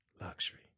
luxury